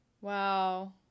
Wow